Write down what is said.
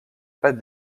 pas